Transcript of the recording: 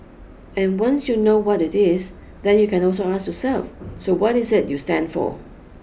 and once you know what it is then you can also ask yourself so what is it you stand for